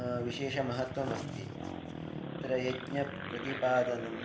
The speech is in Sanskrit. विशेषमहत्वमस्ति तत्र यज्ञप्रतिपादनं